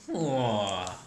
!wah!